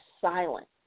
silent